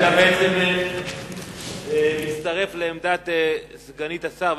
אתה בעצם מצטרף לעמדת סגנית השר,